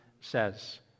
says